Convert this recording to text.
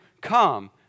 come